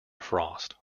frost